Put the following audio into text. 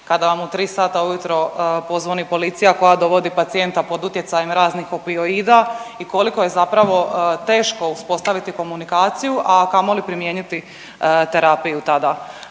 kada vam u tri sata ujutro pozvoni policija koja dovodi pacijenta pod utjecajem raznih opioida i koliko je zapravo teško uspostaviti komunikaciju, a kamoli primijeniti terapiju tada.